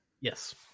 Yes